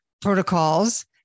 protocols